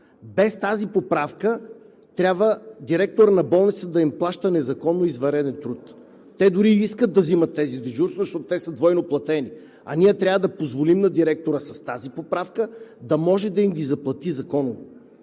Без тази поправка трябва директорът на болницата да им плаща незаконно извънреден труд. Те дори искат да взимат тези дежурства, защото са двойно платени. А ние трябва с тази поправка да позволим на директора да може да им ги заплати законово.